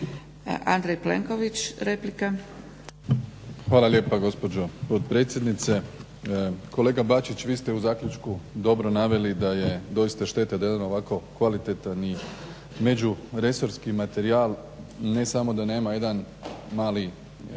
Andrej (HDZ)** Hvala lijepa gospođo potpredsjednice. Kolega Bačić, vi ste u zaključku dobro naveli da je doista šteta da jedan ovako kvalitetan i međuresorski materijal ne samo da nema jedan mali